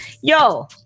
Yo